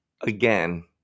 Again